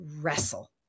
wrestle